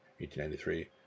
1893